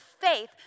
faith